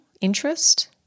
interest